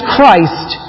Christ